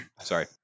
sorry